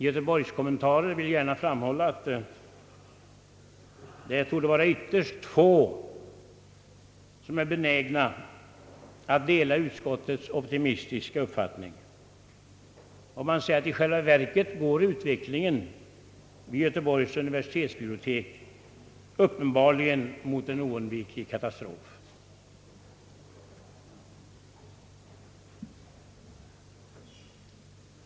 Göteborgskommentatorer vill gärna framhålla, att ytterst få torde vara benägna att dela utskottets optimistiska uppfattning. Man säger att utvecklingen vid Göteborgs universitetsbibliotek i själva verket går mot en oundviklig katastrof.